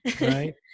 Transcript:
right